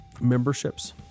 memberships